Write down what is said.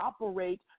operate